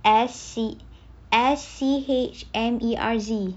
S C S C M E R Z